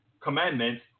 commandments